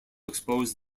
expose